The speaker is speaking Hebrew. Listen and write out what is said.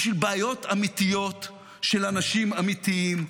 בשביל בעיות אמיתיות של האנשים האמיתיים.